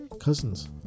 cousins